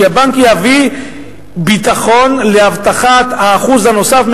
שהבנק יביא ביטחון להבטחת האחוז הנוסף,